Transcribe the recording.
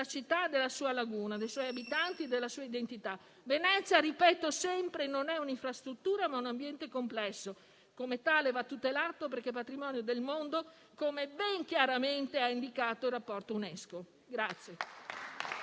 città e della sua laguna, dei suoi abitanti e della sua identità. Venezia, lo ripeto sempre, non è un'infrastruttura, ma un ambiente complesso e come tale va tutelo perché patrimonio del mondo, come ben chiaramente ha indicato il rapporto UNESCO.